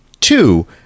two